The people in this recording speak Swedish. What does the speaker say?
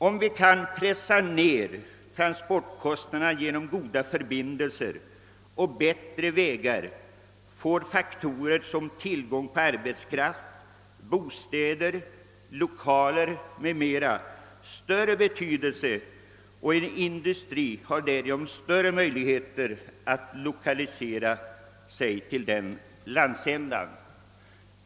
Om vi kan pressa ned transportkostnaderna genom goda förbindelser och bättre vägar får faktorer som tillgång på arbetskraft, bostäder, lokaler o.d. större betydelse, och en industri har därigenom större möjligheter att lokaliseras till denna landsända.